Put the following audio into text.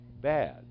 bad